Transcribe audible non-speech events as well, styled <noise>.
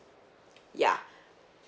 ya <breath>